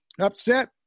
upset